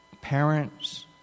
parents